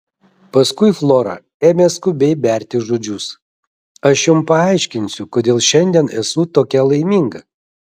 paskui flora ėmė skubiai berti žodžius aš jums paaiškinsiu kodėl šiandien esu tokia laiminga